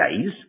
days